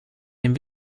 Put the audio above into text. dem